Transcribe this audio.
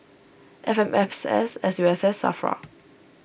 F M S S S U S S Safra